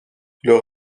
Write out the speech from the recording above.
leur